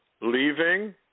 leaving